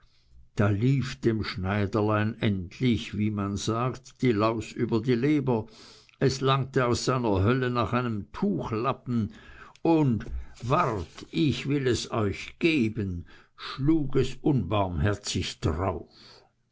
da lief dem schneiderlein endlich wie man sagt die laus über die leber es langte aus seiner hölle nach einem tuchlappen und wart ich will es euch geben schlug es unbarmherzig drauf